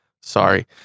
Sorry